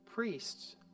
Priests